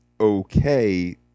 okay